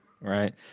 Right